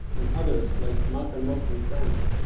and others, like mark almog from france,